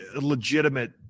legitimate